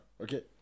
okay